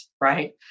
right